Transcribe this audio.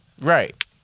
Right